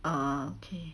err okay